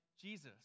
Jesus